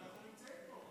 אנחנו נמצאים פה.